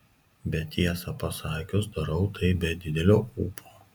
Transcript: bet tiesą pasakius darau tai be didelio ūpo